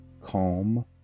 calm